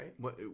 right